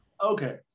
Okay